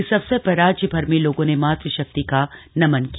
इस अवसर पर राज्य भर में लोगों ने मातृ शक्ति का नमन किया